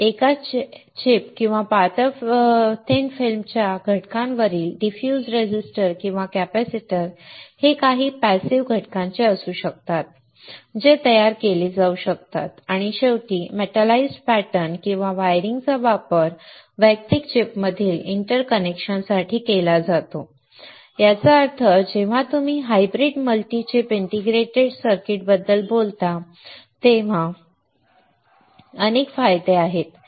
एका चिप किंवा पातळ फिल्मच्या घटकांवरील डिफ्यूज रेझिस्टर किंवा कॅपॅसिटर हे काही पॅसिव्ह घटकांचे असू शकतात जे तयार केले जाऊ शकतात आणि शेवटी मेटलाइज्ड पॅटर्न किंवा वायरिंगचा वापर वैयक्तिक चिपमधील इंटरकनेक्शनसाठी केला जातो याचा अर्थ जेव्हा तुम्ही हायब्रिड मल्टी चिप इंटिग्रेटेड सर्किट्सबद्दल बोलता तेव्हा अनेक फायदे आहेत